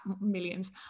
millions